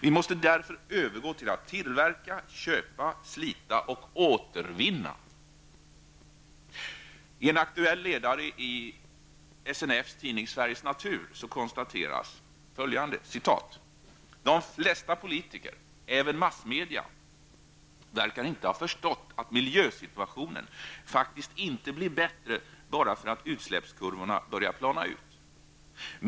Vi måste därför övergå till att tillverka, köpa, slita och återvinna. I en aktuell ledare i Svenska naturskyddsföreningens tidning Sveriges Natur konstateras: ''De flesta politiker -- och även massmedia -- verkar inte ha förstått att miljösituationen faktiskt inte blir bättre bara för att utsläppskurvorna börjar plana ut.